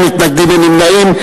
אין מתנגדים ואין נמנעים,